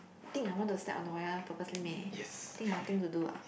think I want to step on the wire purposely meh think I nothing to do ah